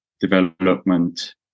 Development